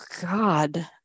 God